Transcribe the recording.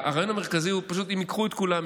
הרעיון המרכזי הוא פשוט: אם ייקחו את כולם,